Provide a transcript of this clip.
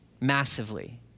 massively